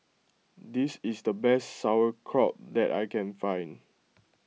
this is the best Sauerkraut that I can find